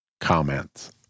comments